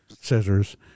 scissors